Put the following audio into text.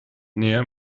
näher